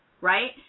Right